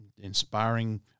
Inspiring